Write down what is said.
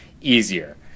easier